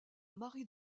marie